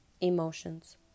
Emotions